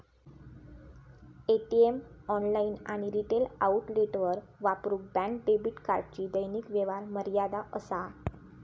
ATM, online आणि retail आउटलेटवर वापरूक बँक डेबिट कार्डची दैनिक व्यवहार मर्यादा असा